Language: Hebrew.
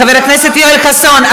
חבר הכנסת יואל חסון,